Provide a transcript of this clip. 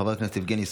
חבר הכנסת חמד עמאר,